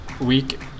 week